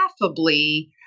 laughably